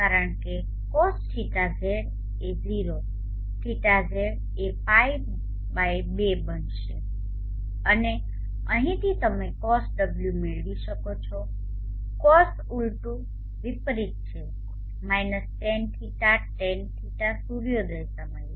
કારણ કે CosθZ એ 0 θZ એ π 2 બનશે અને અહીંથી તમે Cos ω મેળવી શકો છો Cos ઉલટું વિપરીત જે - Tan δ Tanϕ સૂર્યોદય સમયે